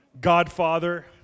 godfather